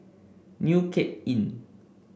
New Cape Inn